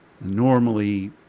Normally